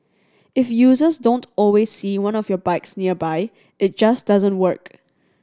if users don't always see one of your bikes nearby it just doesn't work